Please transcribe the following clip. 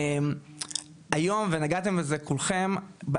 היום ונגעתם בזה כולכם,